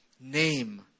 name